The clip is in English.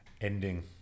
ending